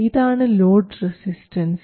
ഇതാണ് load resistance